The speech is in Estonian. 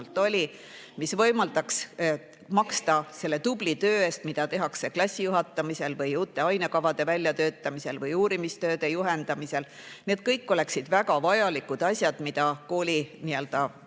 mis võimaldaks maksta selle tubli töö eest, mida tehakse klassijuhatamisel, uute ainekavade väljatöötamisel või uurimistööde juhendamisel. Need kõik on väga vajalikud asjad, mida koolijuhid